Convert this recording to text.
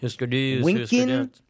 Winking